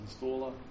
installer